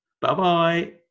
Bye-bye